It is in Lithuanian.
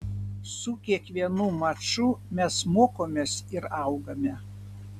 su kiekvienu maču mes mokomės ir augame